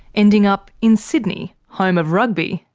ending up in sydney, home of rugby,